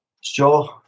Sure